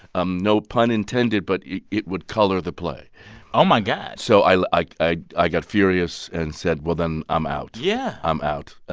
um no pun intended, but it it would color the play oh, my god so i like i got furious and said, well, then i'm out yeah i'm out.